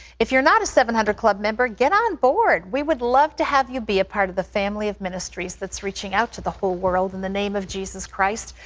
if you're not a seven hundred club member, get on board. we would love to have you be a part of the family of ministries that's reaching out to the whole world in the name of jesus christ.